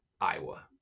Iowa